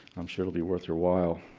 i'm sure it'll be worth your while.